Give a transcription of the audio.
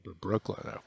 Brooklyn